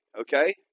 okay